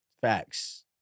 Facts